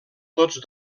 tots